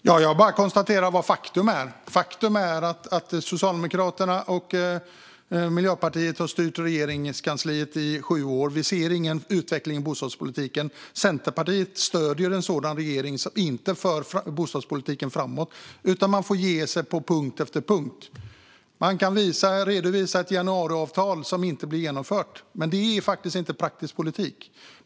Fru talman! Jag konstaterar bara faktum, och det är att Socialdemokraterna och Miljöpartiet har styrt Regeringskansliet i sju år och att vi inte ser någon utveckling i bostadspolitiken. Centerpartiet stöder en regering som inte för bostadspolitiken framåt, och ni får ge er på punkt efter punkt. Man kan redovisa ett januariavtal som inte blir genomfört, men det är inte praktisk politik.